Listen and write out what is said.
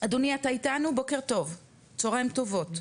אדוני בוקר טוב, צוהריים טובים.